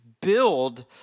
build